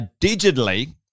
digitally